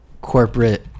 corporate